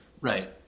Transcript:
Right